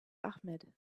ahmed